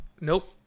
Nope